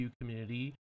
community